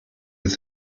with